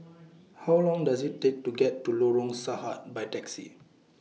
How Long Does IT Take to get to Lorong Sarhad By Taxi